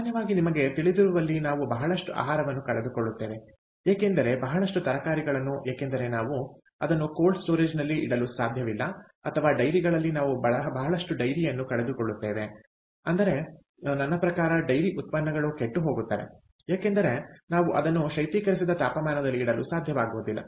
ಸಾಮಾನ್ಯವಾಗಿ ನಿಮಗೆ ತಿಳಿದಿರುವಲ್ಲಿ ನಾವು ಬಹಳಷ್ಟು ಆಹಾರವನ್ನು ಕಳೆದುಕೊಳ್ಳುತ್ತೇವೆ ಏಕೆಂದರೆ ಬಹಳಷ್ಟು ತರಕಾರಿಗಳನ್ನು ಏಕೆಂದರೆ ನಾವು ಅದನ್ನು ಕೋಲ್ಡ್ ಸ್ಟೋರೇಜ್ನಲ್ಲಿ ಇಡಲು ಸಾಧ್ಯವಿಲ್ಲ ಅಥವಾ ಡೈರಿಗಳಲ್ಲಿ ನಾವು ಬಹಳಷ್ಟು ಡೈರಿಯನ್ನು ಕಳೆದುಕೊಳ್ಳುತ್ತೇವೆ ಅಂದರೆ ನನ್ನ ಪ್ರಕಾರ ಡೈರಿ ಉತ್ಪನ್ನಗಳು ಕೆಟ್ಟು ಹೋಗುತ್ತವೆ ಏಕೆಂದರೆ ನಾವು ಅದನ್ನು ಶೈತ್ಯೀಕರಿಸಿದ ತಾಪಮಾನದಲ್ಲಿ ಇಡಲು ಸಾಧ್ಯವಾಗುವುದಿಲ್ಲ